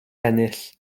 ennill